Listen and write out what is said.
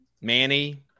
Manny